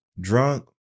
drunk